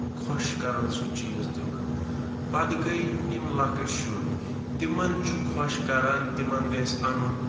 خۄش کران سُہ چیٖز تِمن پَتہٕ گٔے یِم لکٕٹۍ شُرۍ تِمن چھُ خۄش کران تِمن گژھِ اَنُن